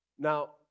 Now